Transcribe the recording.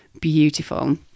beautiful